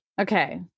Okay